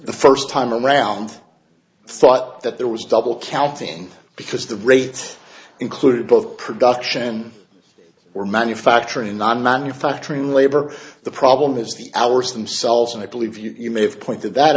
the first time around i thought that there was double counting because the rate included both production or manufacturing not manufacturing labor the problem is the hours themselves and i believe you he may have pointed that